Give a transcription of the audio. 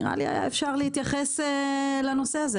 נראה לי שהיה אפשר להתייחס לנושא הזה.